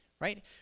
right